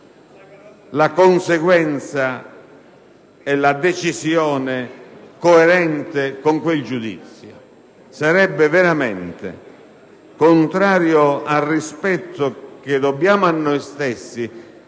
e sottrarsi a una decisione coerente con quei giudizi. Sarebbe veramente contrario al rispetto che dobbiamo a noi stessi,